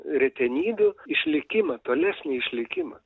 retenybių išlikimą tolesnį išlikimą